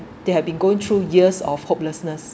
they have been going through years of hopelessness